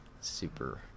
Super